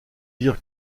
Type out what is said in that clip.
dire